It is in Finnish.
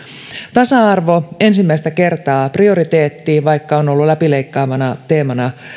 tasa arvo ensimmäistä kertaa prioriteetti vaikka on ollut läpileikkaavana teemana